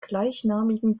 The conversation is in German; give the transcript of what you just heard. gleichnamigen